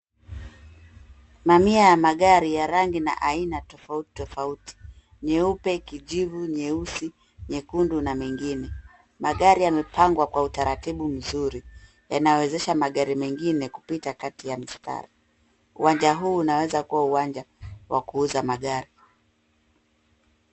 Mamia ya magari ya rangi na aina tofauti tofauti. Nyeupe, kijivu, nyeusi, nyekundu na mengine. Magari yamepangwa kwa utaratibu mzuri. Yanawezesha magari mengine kupita kati ya mistari. Uwanja huu unaweza kuwa uwanja wa kuuza magari.